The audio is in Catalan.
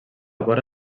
vora